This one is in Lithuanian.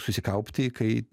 susikaupti kai